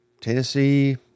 Tennessee